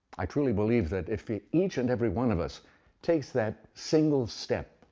i truly believe that if each and every one of us takes that single step,